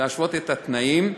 להשוות את התנאים.